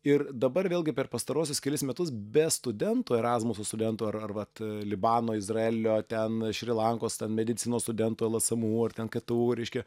ir dabar vėlgi per pastaruosius kelis metus be studentų erasmuso studentų ar ar vat libano izraelio ten šri lankos medicinos studentų lsmu ar ten ktu reiškia